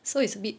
so it's a bit